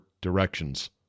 directions